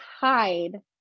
hide